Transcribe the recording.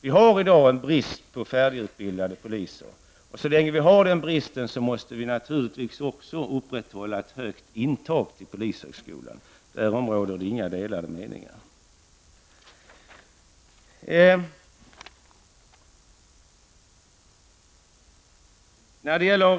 Vi har i dag brist på färdigutbildade poliser. Så länge vi har en sådan brist måste vi naturligtvis också upprätthålla ett stort intag till polishögskolan. Därom råder det inga delade meningar.